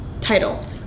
Title